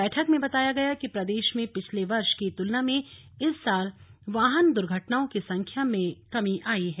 बैठक में बताया गया कि प्रदेश में पिछले वर्ष की तुलना में इस साल वाहन दुर्घटनाओं की संख्या में कमी आयी है